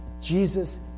Jesus